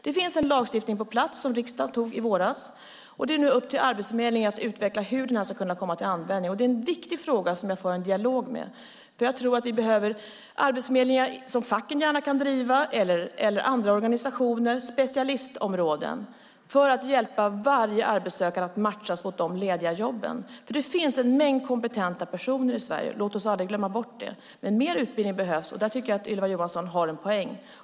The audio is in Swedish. Det finns en lagstiftning på plats som riksdagen antog i våras, och det är nu upp till Arbetsförmedlingen att utveckla hur den ska kunna komma till användning. Det är en viktig fråga som jag för en dialog om, för jag tror att vi behöver arbetsförmedlingar som facken eller andra organisationer inom specialistområden gärna kan driva för att hjälpa varje arbetssökande att matchas mot de lediga jobben. Det finns nämligen en mängd kompetenta personer i Sverige. Låt oss aldrig glömma bort det. Men mer utbildning behövs, och där tycker jag att Ylva Johansson har en poäng.